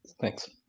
Thanks